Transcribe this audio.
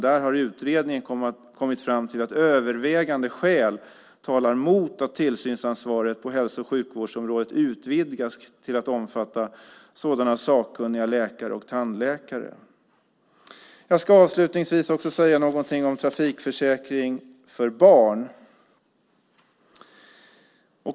Där har utredningen kommit fram till att övervägande skäl talar mot att tillsynsansvaret på hälso och sjukvårdsområdet utvidgas till att omfatta sådana sakkunniga läkare och tandläkare. Jag ska avslutningsvis också säga någonting om trafikförsäkring för barn.